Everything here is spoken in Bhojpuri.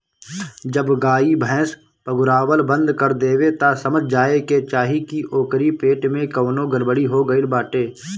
जब गाई भैस पगुरावल बंद कर देवे तअ समझ जाए के चाही की ओकरी पेट में कवनो गड़बड़ी हो गईल बाटे